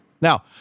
Now